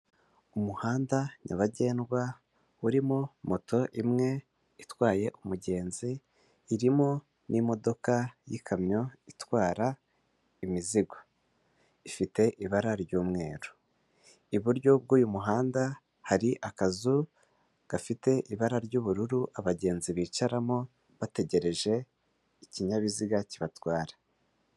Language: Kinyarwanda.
Umuhanda nyabagendwa uririmo moto imwe itwaye umugenzi irimo n'imodoka y'ikamyo itwara imizigo, ifite ibara ry'umweru iburyo bw'uyu muhanda hari akazu gafite ibara ry'ubururu abagenzi bicaramo bategereje ikinyabiziga kibatwara.